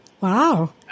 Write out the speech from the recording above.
wow